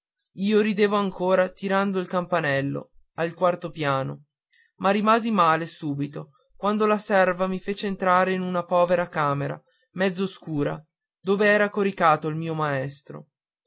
io ridevo ancora tirando il campanello al quarto piano ma rimasi male subito quando la serva mi fece entrare in una povera camera mezz'oscura dove era coricato il mio maestro